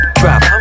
drop